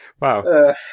Wow